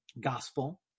gospel